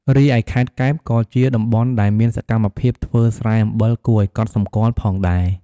រីឯខេត្តកែប ក៏ជាតំបន់ដែលមានសកម្មភាពធ្វើស្រែអំបិលគួរឱ្យកត់សម្គាល់ផងដែរ។